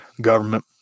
government